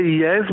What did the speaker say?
yes